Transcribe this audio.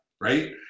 right